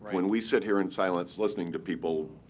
when we sit here in silence listening to people,